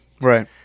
Right